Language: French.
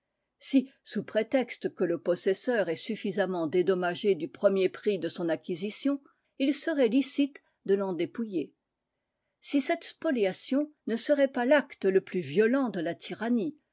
si sous prétexte que le possesseur est suffisamment dédommagé du premier prix de son acquisition il serait licite de l'en dépouiller si cette spoliation ne serait pas l'acte le plus violent de la tyrannie